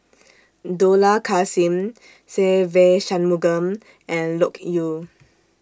Dollah Kassim Se Ve Shanmugam and Loke Yew